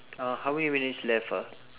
uh how many minutes left ah